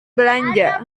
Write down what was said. belanja